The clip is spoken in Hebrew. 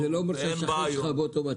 ואין בעיות -- זה לא אומר שהשכן שלך באותו מצב.